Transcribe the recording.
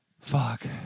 Fuck